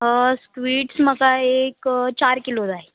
skids म्हाका एक चार किलो जाय